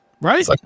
right